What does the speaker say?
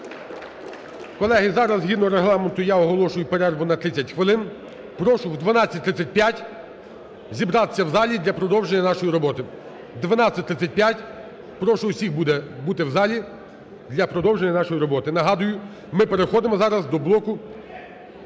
Колеги, зараз згідно Регламенту я оголошую перерву на 30 хвилин. Прошу в 12.35 зібратись в залі для продовження нашої роботи. О 12:35 прошу усіх бути в залі для продовження нашої роботи. Нагадую: ми переходимо зараз до блоку